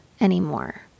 anymore